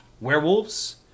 werewolves